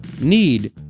need